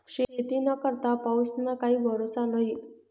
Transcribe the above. शेतीना करता पाऊसना काई भरोसा न्हई